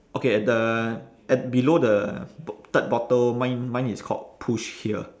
okay at the at below the third bottle mine mine is called push here